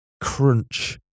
crunch